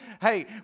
hey